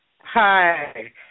Hi